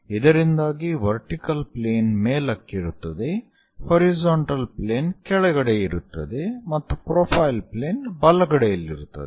ಇದರಿಂದಾಗಿ vertical plane ಮೇಲಕ್ಕಿರುತ್ತದೆ horizontal plane ಕೆಳಗಡೆ ಇರುತ್ತದೆ ಮತ್ತು ಪ್ರೊಫೈಲ್ ಪ್ಲೇನ್ ಬಲಗಡೆಯಲ್ಲಿರುತ್ತದೆ